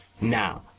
Now